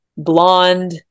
blonde